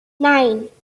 nine